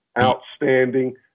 Outstanding